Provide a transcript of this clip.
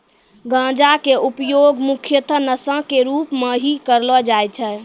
गांजा के उपयोग मुख्यतः नशा के रूप में हीं करलो जाय छै